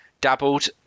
dabbled